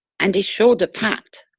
and they show the path.